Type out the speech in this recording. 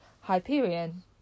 Hyperion